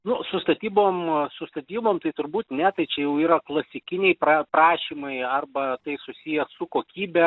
nu su statybom su statybom tai turbūt ne tai čia jau yra klasikiniai praprašymai arba tai susiję su kokybe